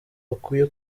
bakwiye